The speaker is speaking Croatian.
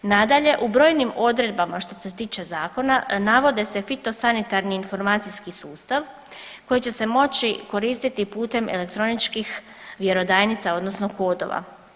Nadalje, u brojnim odredbama što se tiče zakona navode se fito sanitarni informacijski sustav koji će se moći koristiti putem elektroničkih vjerodajnica odnosno kodova.